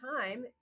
time